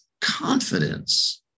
confidence